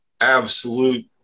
absolute